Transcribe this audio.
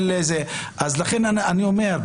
לכן אני אומר,